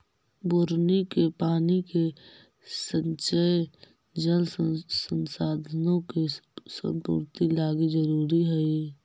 बुन्नी के पानी के संचय जल संसाधनों के संपूर्ति लागी जरूरी हई